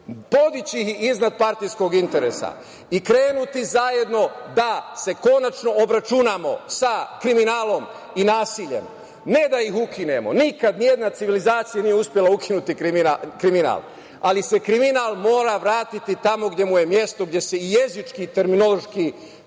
podići ih iznad partijskog interesa i krenuti zajedno da se konačno obračunamo sa kriminalom i nasiljem, ne da ih ukinemo. Nikad nijedna civilizacija nije uspela ukinuti kriminal, ali se kriminal mora vratiti tamo gde mu je mesto, gde se i jezički terminološki